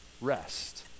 rest